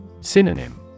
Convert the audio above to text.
Synonym